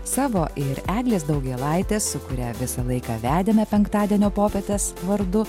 savo ir eglės daugėlaitės su kuria visą laiką vedėme penktadienio popietes vardu